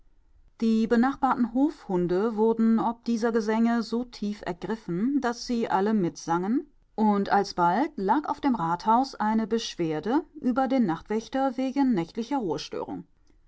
die benachbarten hofhunde wurden ob dieser gesänge so tief ergriffen daß sie alle mitsangen und alsbald lag auf dem rathaus eine beschwerde über den nachtwächter wegen nächtlicher ruhestörung